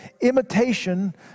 Imitation